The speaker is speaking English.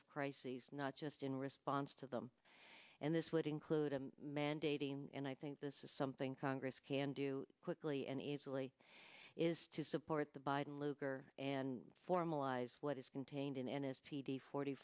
of crises not just in response to them and this would include a mandating and i think this is something congress can do quickly and easily is to support the biden lugar and formalize what is contained in and is t d forty